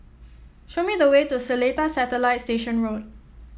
show me the way to Seletar Satellite Station Road